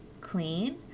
clean